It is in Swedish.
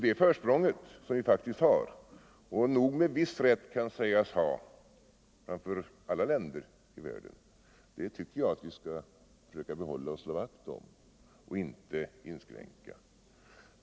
Detta försprång, som vi nog med viss rätt kan sägas ha framför alla länder i världen, tycker jag vi skall försöka behålla och slå vakt om och inte inskränka.